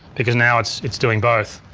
because now it's it's doing both.